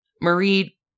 Marie